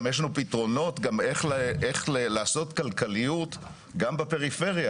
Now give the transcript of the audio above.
גם יש לנו פתרונות איך לעשות כלכליות גם בפריפריה.